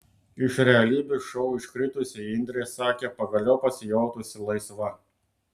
iš realybės šou iškritusi indrė sakė pagaliau pasijautusi laisva